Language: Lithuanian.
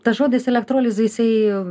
tas žodis elektrolizė jisai